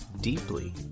deeply